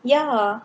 ya